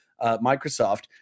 Microsoft